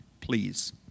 Please